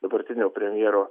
dabartinio premjero